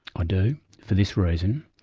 ah do. for this reason.